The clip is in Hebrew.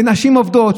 לנשים עובדות,